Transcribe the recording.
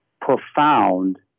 profound